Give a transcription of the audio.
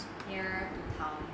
nearer to town